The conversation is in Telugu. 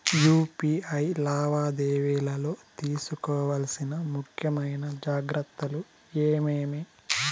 యు.పి.ఐ లావాదేవీలలో తీసుకోవాల్సిన ముఖ్యమైన జాగ్రత్తలు ఏమేమీ?